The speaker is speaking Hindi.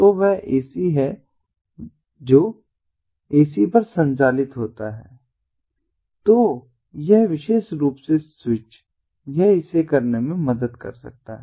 तो वह एसी है जो एसी पर संचालित होता है तो यह विशेष रूप से स्विच यह इसे करने में मदद कर सकता है